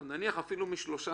נניח אפילו מ-13%,